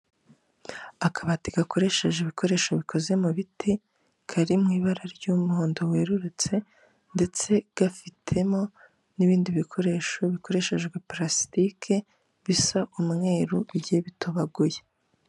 Akabati gakoresheje ibikoresho bikoze mu biti kari mu ibara ry'umuhondo werurutse ndetse gafitemo n'ibindi bikoresho bikoreshejwe palasitike bisa umweru bigiye bitobaguye.